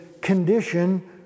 condition